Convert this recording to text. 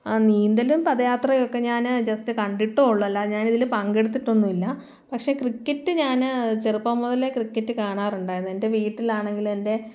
ആ നീന്തലും പദയാത്രയുമൊക്കെ ഞാൻ ജസ്റ്റ് കണ്ടിട്ടോള്ളൂ അല്ലാതെ ഞാൻ ഇതിൽ പങ്കെടുത്തിട്ടൊന്നുമില്ല പക്ഷേ ക്രിക്കറ്റ് ഞാൻ ചെറുപ്പം മുതലേ ക്രിക്കറ്റ് കാണാറുണ്ടായിരുന്നു എൻ്റെ വീട്ടിലാണെങ്കിൽ എൻ്റെ